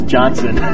Johnson